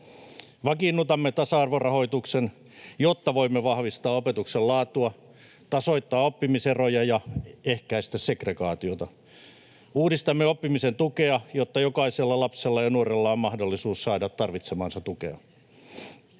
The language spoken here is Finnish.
Vakiinnutamme tasa-arvorahoituksen, jotta voimme vahvistaa opetuksen laatua, tasoittaa oppimiseroja ja ehkäistä segregaatiota. Uudistamme oppimisen tukea, jotta jokaisella lapsella ja nuorella on mahdollisuus saada tarvitsemaansa tukea.